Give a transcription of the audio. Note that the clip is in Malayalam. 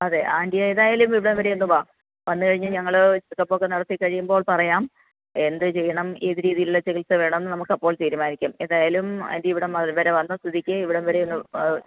അതെ ആൻറ്റി ഏതായാലും ഇവിടെ വരെ ഒന്നു വാ വന്നു കഴിഞ്ഞ് ഞങ്ങൾ ചെക്ക് അപ്പൊക്കെ നടത്തിക്കഴിയുമ്പോൾ പറയാം എന്തു ചെയ്യണം ഏതു രീതിയിലുള്ള ചികിത്സ വേണമെന്നു നമുക്കപ്പോൾ തീരുമാനിക്കാം ഏതായാലും ആൻറ്റി ഇവിടം വരെ വന്ന സ്ഥിതിക്ക് ഇവിടം വരെയൊന്ന്